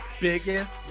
biggest